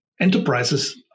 enterprises